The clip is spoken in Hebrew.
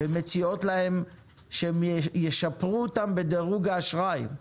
ומציעות להם שהם ישפרו אותם בדירוג האשראי,